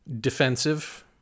defensive